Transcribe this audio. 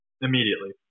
immediately